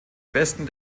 besten